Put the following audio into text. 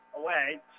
away